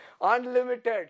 unlimited